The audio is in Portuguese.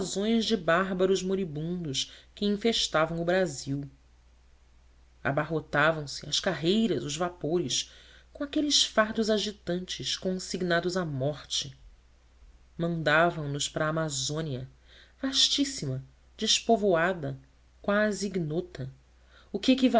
invasões de bárbaros moribundos que infestavam o brasil abarrotavam se às carreiras os vapores com aqueles fardos agitantes consignados à morte mandavam nos para a amazônia vastíssima despovoada quase ignota o que